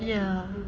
ya